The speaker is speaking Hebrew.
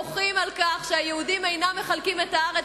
בוכים על כך שהיהודים אינם מחלקים את הארץ